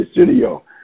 studio